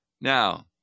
Now